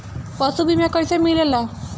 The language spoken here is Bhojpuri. पशु बीमा कैसे मिलेला?